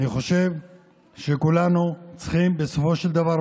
אני חושב שכולנו צריכים בסופו של דבר,